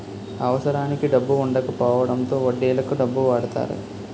అవసరానికి డబ్బు వుండకపోవడంతో వడ్డీలకు డబ్బు వాడతారు